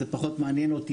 זה פחות מעניין אותי.